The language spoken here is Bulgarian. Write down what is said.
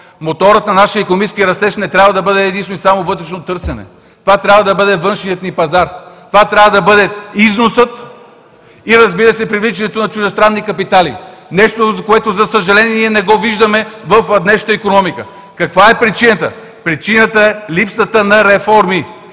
моторът на нашия икономически растеж не трябва да бъде единствено и само вътрешно търсене. Това трябва да бъде външният ни пазар, това трябва да бъде износът и, разбира се, привличането на чуждестранни капитали – нещо, което, за съжаление, не го виждаме в днешната икономика. Каква е причината? Причината е липсата на реформи.